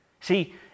See